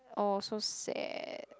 oh so sad